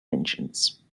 engines